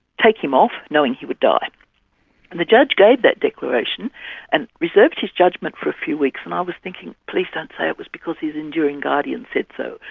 take him off, knowing he would die. and the judge gave that declaration and reserved his judgment for a few weeks, and i was thinking, please don't say it was because his enduring guardian said so,